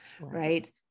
right